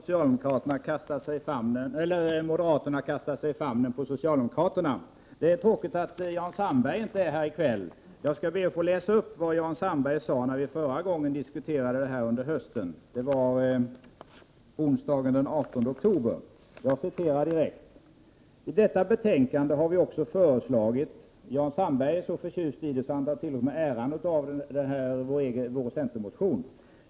Herr talman! Visst, Knut Billing, har moderaterna kastat sig i famnen på socialdemokraterna. Det är tråkigt att Jan Sandberg inte är här i kväll. Jag skall be att få läsa upp vad Jan Sandberg sade förra gången vi diskuterade detta under hösten, nämligen onsdagen den 18 oktober. Jan Sandberg var så förtjust i detta att han t.o.m. ville ta åt sig äran av vår centermotion.